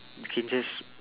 you can just